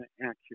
accurate